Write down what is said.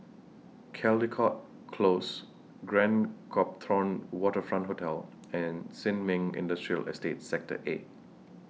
Caldecott Close Grand Copthorne Waterfront Hotel and Sin Ming Industrial Estate Sector A